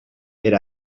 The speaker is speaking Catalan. per